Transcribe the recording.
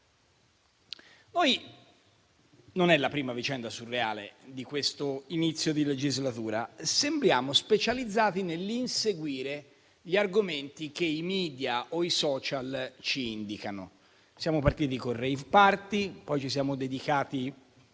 Non è la prima vicenda surreale di questo inizio di legislatura. Sembriamo specializzati nell'inseguire gli argomenti che i media o i *social* ci indicano. Siamo partiti con il *rave party*; poi ci siamo dedicati